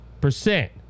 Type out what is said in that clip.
percent